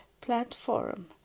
platform